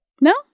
No